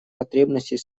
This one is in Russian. потребностей